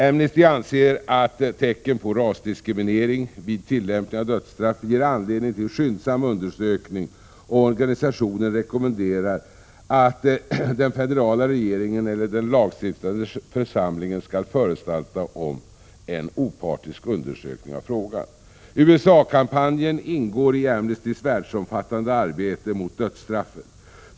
Amnesty anser att tecken på rasdiskrimininering vid tillämpning av dödsstraff ger anledning till skyndsam undersökning, och organisationen rekommenderar att den federala regeringen eller den lagstiftande församlingen skall föranstalta om en opartisk undersökning av frågan. USA-kampanjen ingår i Amnestys världsomfattande arbete mot dödsstraffet.